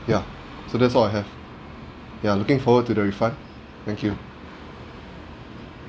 ya so that's all I have ya looking forward to the refund thank you